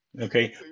okay